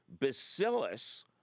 bacillus